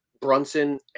Brunson